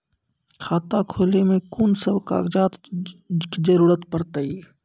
खाता खोलै मे कून सब कागजात जरूरत परतै?